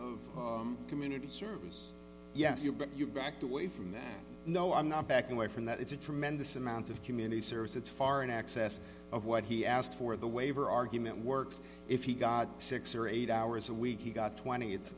of community service yes you but you've backed away from that no i'm not backing away from that it's a tremendous amount of community service it's far in excess of what he asked for the waiver argument works if he got six or eight hours a week he got twenty it's